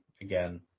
again